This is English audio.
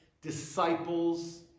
disciples